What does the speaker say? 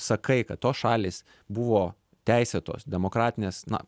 sakai kad tos šalys buvo teisėtos demokratinės na